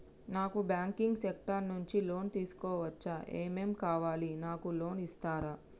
నాకు banking sector నుంచి loan తీసుకోవచ్చా? ఏమేం కావాలి? నాకు లోన్ ఇస్తారా?